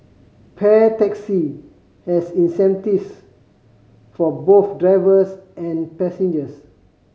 Pair Taxi has incentives for both drivers and passengers